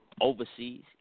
overseas